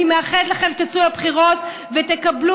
אני מאחלת לכם שתצאו לבחירות ותקבלו